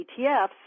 ETFs